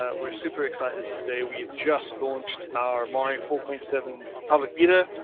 ah we're super excited today. we have just launched our mari four point seven public beta.